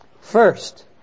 First